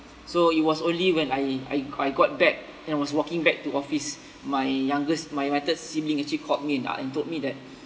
so it was only when I I I got back and was walking back to office my youngest my my third sibling actually called me and uh told me that